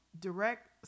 direct